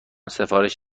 سفارش